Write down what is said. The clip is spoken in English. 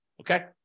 okay